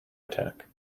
attack